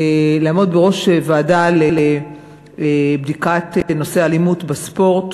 לעמוד בראש ועדה לבדיקת נושא האלימות בספורט.